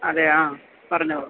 അതേ ആ പറഞ്ഞോളൂ